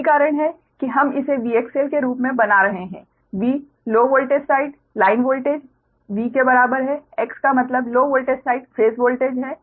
यही कारण है कि हम इसे VXL के रूप में बना रहे हैं V low voltage side line voltage V के बराबर है X का मतलब low voltage side phase voltage है